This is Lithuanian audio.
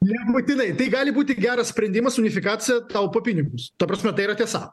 nebūtinai tai gali būti geras sprendimas unifikacija taupo pinigus ta prasme tai yra tiesa